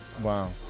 Wow